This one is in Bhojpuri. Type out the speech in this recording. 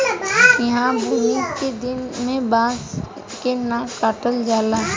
ईहा बुनी के दिन में बांस के न काटल जाला